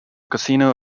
casino